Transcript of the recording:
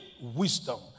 wisdom